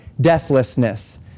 deathlessness